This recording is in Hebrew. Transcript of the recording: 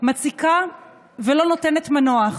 היא מציקה ולא נותנת מנוח,